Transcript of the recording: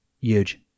Huge